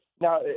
Now